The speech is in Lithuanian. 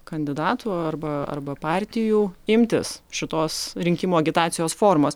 kandidatų arba arba partijų imtis šitos rinkimų agitacijos formos